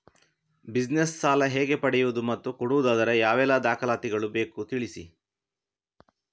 Business ಸಾಲ ಹೇಗೆ ಪಡೆಯುವುದು ಮತ್ತು ಕೊಡುವುದಾದರೆ ಯಾವೆಲ್ಲ ದಾಖಲಾತಿ ಬೇಕು ತಿಳಿಸಿ?